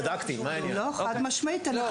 אני שמחה לשמוע.